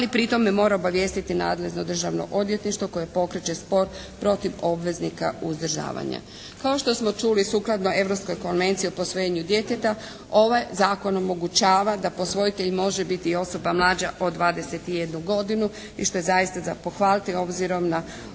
ali pri tome mora obavijestiti nadležno Državno odvjetništvo koje pokreće spor protiv obveznika uzdržavanja. Kao što smo čuli sukladno Europskoj konvenciji o posvojenju djeteta ovaj zakon omogućava da posvojitelj može biti i osoba mlađa od 21. godinu. I što je zaista za pohvaliti obzirom na